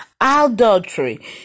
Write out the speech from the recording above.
adultery